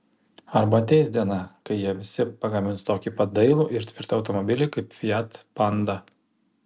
arba ateis diena kai jie visi pagamins tokį pat dailų ir tvirtą automobilį kaip fiat panda